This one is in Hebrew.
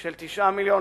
של 9 מיליוני